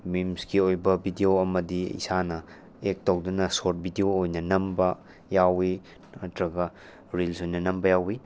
ꯃꯤꯝꯁꯀꯤ ꯑꯣꯏꯕ ꯚꯤꯗꯤꯌꯣ ꯑꯃꯗꯤ ꯏꯁꯥꯅ ꯑꯦꯛ ꯇꯧꯗꯨꯅ ꯁꯣꯔꯠ ꯚꯤꯗꯤꯌꯣ ꯑꯣꯏꯅ ꯅꯝꯕ ꯌꯥꯎꯏ ꯅꯠꯇꯔꯒ ꯔꯤꯜꯁ ꯑꯣꯏꯅ ꯅꯝꯕ ꯌꯥꯎꯏ